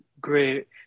great